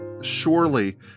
surely